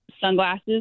sunglasses